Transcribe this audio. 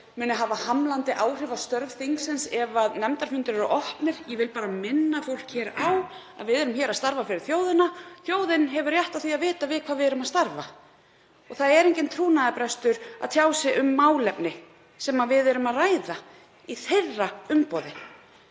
muni hafa hamlandi áhrif á störf þingsins ef nefndarfundir eru opnir. Ég vil bara minna fólk á að við erum hér að starfa fyrir þjóðina. Þjóðin á rétt á því að vita við hvað við erum að starfa. Það er enginn trúnaðarbrestur að tjá sig um málefni sem við ræðum í hennar umboði.